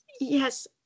yes